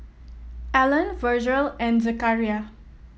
Allen Virgel and Zechariah